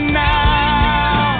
now